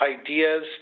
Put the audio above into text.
ideas